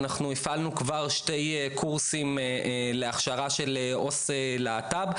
אנחנו הפעלנו כר שני קורסים להכשרה של עו"ס להט"ב,